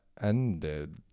ended